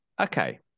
Okay